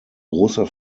großer